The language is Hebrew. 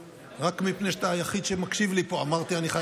לידי.